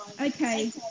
okay